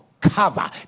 cover